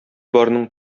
барның